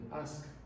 Ask